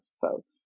folks